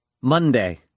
Monday